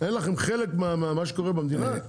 אין לכם חלק ממה שקורה במדינה?